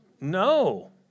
No